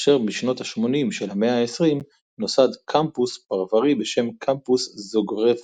כאשר בשנות ה-80 של המאה ה-20 נוסד קמפוס פרברי בשם "קמפוס זוגרפו".